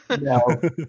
No